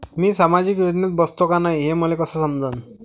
मी सामाजिक योजनेत बसतो का नाय, हे मले कस समजन?